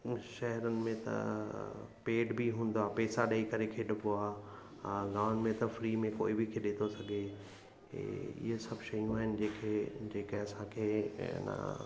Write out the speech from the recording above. शहरनि में त पेड बि हूंदा पैसा ॾेई करे खेॾिबो आहे ऐं गांवनि में त फ्री में कोई बि खेॾे थो सघे की ईअं सभु शयूं आहिनि जेके जेके असांखे ऐं न